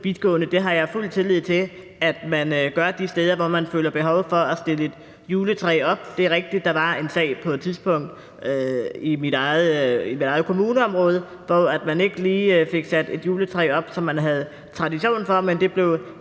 det har jeg fuld tillid til at man gør de steder, hvor man føler et behov for at stille et juletræ op. Det er rigtigt, at der var en sag på et tidspunkt i mit eget kommuneområde, hvor man ikke lige fik sat et juletræ op, som man havde tradition for. Men det blev